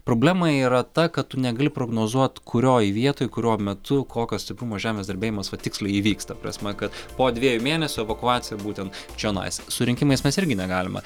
problema yra ta kad tu negali prognozuot kurioj vietoj kuriuo metu kokio stiprumo žemės drebėjimas va tiksliai įvyks ta prasme kad po dviejų mėnesių evakuacija būtent čionais su rinkimais mes irgi negalima